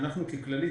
אנחנו ככללית,